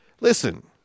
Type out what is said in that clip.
Listen